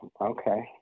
okay